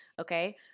okay